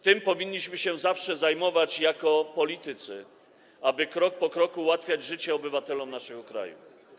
Tym powinniśmy się zawsze zajmować jako politycy, aby krok po kroku ułatwiać życie obywatelom naszego kraju.